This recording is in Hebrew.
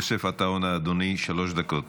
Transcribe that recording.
יוסף עטאונה, אדוני, שלוש דקות.